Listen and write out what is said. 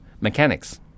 Mechanics